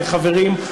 חברים,